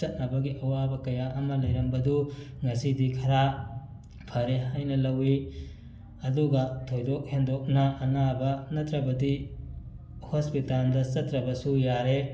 ꯆꯠꯅꯕꯒꯤ ꯑꯋꯥꯕ ꯀꯌꯥ ꯑꯃ ꯂꯩꯔꯝꯕꯗꯨ ꯉꯁꯤꯗꯤ ꯈꯔ ꯐꯔꯦ ꯍꯥꯏꯅ ꯂꯧꯋꯤ ꯑꯗꯨꯒ ꯊꯣꯏꯗꯣꯛ ꯍꯦꯟꯗꯣꯛꯅ ꯑꯅꯥꯕ ꯅꯠꯇ꯭ꯔꯕꯗꯤ ꯍꯣꯁꯄꯤꯇꯥꯟꯗ ꯆꯠꯇ꯭ꯔꯕꯁꯨ ꯌꯥꯔꯦ